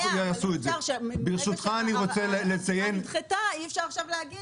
ברגע שהעתירה נדחתה אי אפשר להגיד